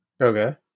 Okay